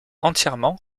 entièrement